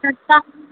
सस्ता